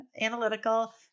Analytical